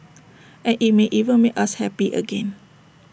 and IT may even make us happy again